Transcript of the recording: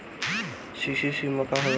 CC सीमा का होला?